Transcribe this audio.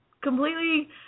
completely